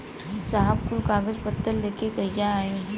साहब कुल कागज पतर लेके कहिया आई?